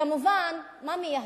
כמובן, מה מייהדים?